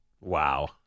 Wow